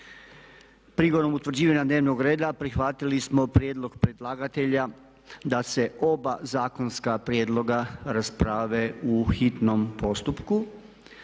Prigodom utvrđivanja dnevnog reda prihvatili smo prijedlog predlagatelja da se oba zakonska prijedloga rasprave u hitnom postupku.